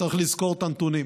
צריך לזכור את הנתונים: